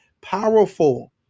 powerful